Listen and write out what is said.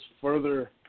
further